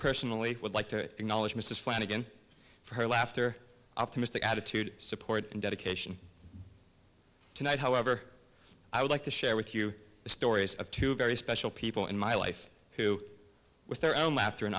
personally would like to acknowledge mrs flanagan for her laughter optimistic attitude support and dedication tonight however i would like to share with you the stories of two very special people in my life who with their own laughter and